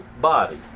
body